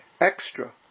Extra